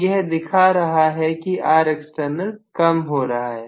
तो यह दिखा रहा है कि Rext कम हो रहा है